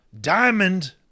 Diamond